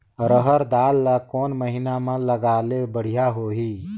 रहर दाल ला कोन महीना म लगाले बढ़िया होही?